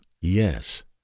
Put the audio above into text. Yes